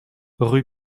rue